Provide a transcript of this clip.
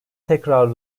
tekrar